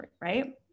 right